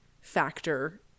factor